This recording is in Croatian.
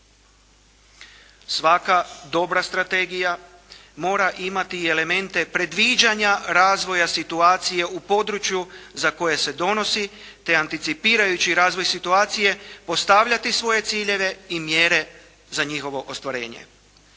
Svaka dobra strategija mora imati i elemente predviđanja razvoja situacije u području za koje se donosi te anticipirajući razvoj situacije, postavljati svoje ciljeve i mjere za njihovo ostvarenje.